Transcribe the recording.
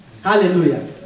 hallelujah